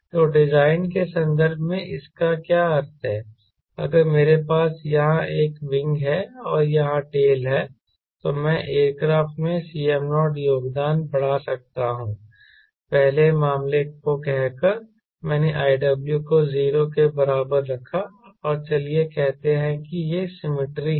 तो डिजाइन के संदर्भ में इसका क्या अर्थ है अगर मेरे पास यहां एक विंग है और यहां टेल है तो मैं एयरक्राफ्ट में Cm0 योगदान बढ़ा सकता हूंपहले मामले को कहकर मैंने iw को 0 के बराबर रखा और चलिए कहते हैं कि यह सिमेट्री है